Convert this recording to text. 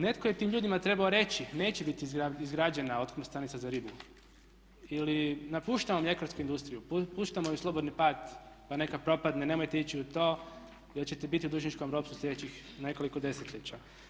Netko je tim ljudima trebao reći, neće biti izgrađena otkupna stanica za ribu ili napuštamo mljekarsku industriju, puštamo joj slobodni pad pa neka propadne, nemojte ići u to jer ćete biti u dužničkom ropstvu sljedećih nekoliko desetljeća.